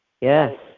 Yes